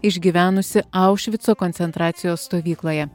išgyvenusi aušvico koncentracijos stovykloje